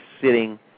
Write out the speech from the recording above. sitting